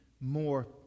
more